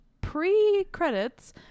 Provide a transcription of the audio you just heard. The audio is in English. pre-credits